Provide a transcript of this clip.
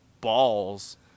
balls